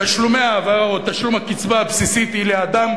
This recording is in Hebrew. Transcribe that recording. תשלום הקצבה הבסיסית הוא לאדם,